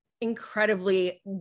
incredibly